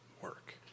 work